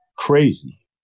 crazy